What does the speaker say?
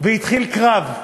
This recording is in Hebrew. והתחיל קרב.